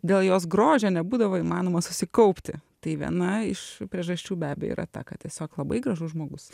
dėl jos grožio nebūdavo įmanoma susikaupti tai viena iš priežasčių be abejo yra ta kad tiesiog labai gražus žmogus